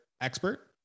expert